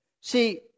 See